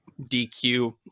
dq